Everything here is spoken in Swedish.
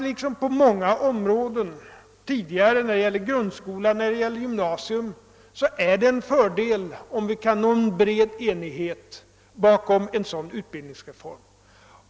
Liksom det på många områden tidigare, t.ex. när det gäller grundskolan eller gymnasiet, är en stor fördel om vi kan nå en bred enighet bakom en sådan utbildningsreform.